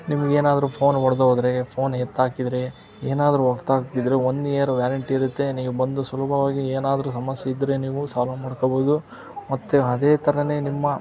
ನಿಮಗೇನಾದ್ರೂ phone ಒಡೆದೋದ್ರೆ phone ಎತ್ತಾಕಿದರೆ ಏನಾದರೂ ಒಡ್ತಾಗ್ದಿದ್ರೆ ಒನ್ ಇಯರ್ ವ್ಯಾರಂಟಿ ಇರುತ್ತೆ ನೀವು ಬಂದು ಸುಲಭವಾಗಿ ಏನಾದರೂ ಸಮಸ್ಯೆ ಇದ್ದರೆ ನೀವು ಸಾಲ್ವ್ ಮಾಡ್ಕೋಬೋದು ಮತ್ತು ಅದೇ ಥರನೇ ನಿಮ್ಮ